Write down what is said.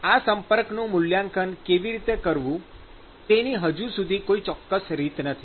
આ સંપર્કનું મૂલ્યાંકન કેવી રીતે કરવું તેની હજુ સુધી કોઈ ચોક્કસ રીત નથી